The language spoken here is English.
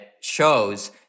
shows